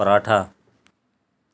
paratha